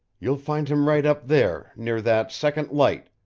you'll find him right up there near that second light,